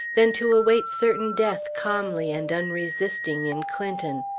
than to await certain death calmly and unresisting in clinton?